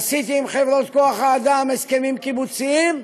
עשיתי עם חברות כוח האדם הסכמים קיבוציים,